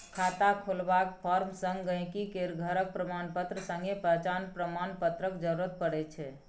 खाता खोलबाक फार्म संग गांहिकी केर घरक प्रमाणपत्र संगे पहचान प्रमाण पत्रक जरुरत परै छै